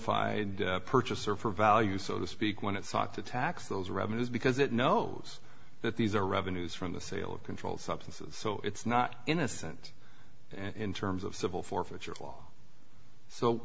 fide purchaser for value so to speak when it sought to tax those revenues because it knows that these are revenues from the sale of controlled substances so it's not innocent in terms of civil forfeiture law so